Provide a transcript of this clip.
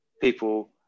people